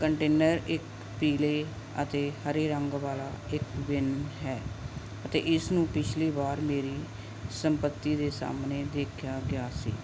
container ਇੱਕ ਪੀਲੇ ਅਤੇ ਹਰੇ ਰੰਗ ਵਾਲਾ ਇੱਕ ਬਿਨ ਹੈ ਅਤੇ ਇਸਨੂੰ ਪਿਛਲੀ ਵਾਰ ਮੇਰੀ ਸੰਪਤੀ ਦੇ ਸਾਹਮਣੇ ਦੇਖਿਆ ਗਿਆ ਸੀ